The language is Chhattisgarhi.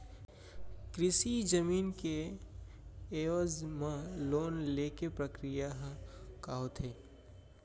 कृषि जमीन के एवज म लोन ले के प्रक्रिया ह का होथे?